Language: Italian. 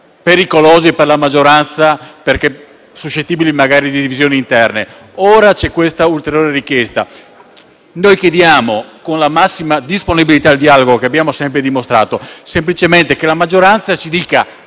"pericolosi" per la maggioranza, magari perché suscettibili di divisioni interne. Ora c'è questa ulteriore richiesta. Con la massima disponibilità al dialogo che abbiamo sempre dimostrato, chiediamo semplicemente che la maggioranza ci dica